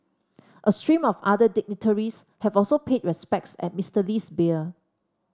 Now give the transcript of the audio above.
a stream of other dignitaries have also paid respects at Mister Lee's bier